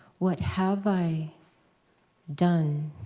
what have i done?